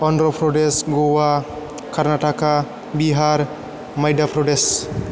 Andhra Pradesh Goa Karnataka Bihar Madhya' Pradesh